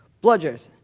bludgers,